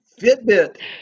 Fitbit